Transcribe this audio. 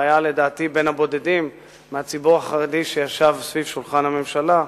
והיה לדעתי בין הבודדים מהציבור החרדי שישבו סביב שולחן הממשלה,